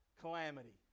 Calamity